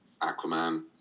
aquaman